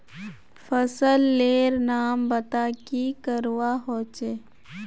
फसल लेर नाम बता की करवा होचे?